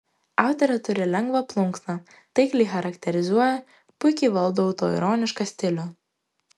autorė turi lengvą plunksną taikliai charakterizuoja puikiai valdo autoironišką stilių